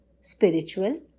spiritual